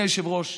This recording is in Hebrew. אדוני היושב-ראש,